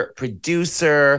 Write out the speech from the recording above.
producer